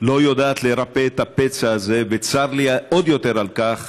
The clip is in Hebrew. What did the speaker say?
לא יודעת לרפא את הפצע הזה, וצר לי עוד יותר על כך